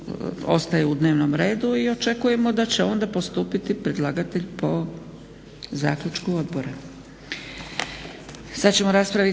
ostaje u dnevnom redu i očekujemo da će onda postupiti predlagatelj po zaključku Odbora.